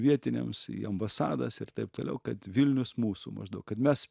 vietiniams į ambasadas ir taip toliau kad vilnius mūsų maždaug kad mes